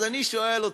אז אני שואל אתכם: